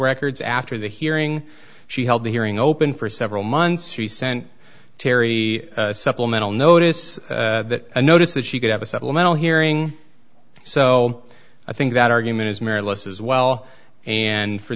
records after the hearing she held the hearing open for several months she sent terry supplemental notice that a notice that she could have a supplemental hearing so i think that argument is mare less as well and for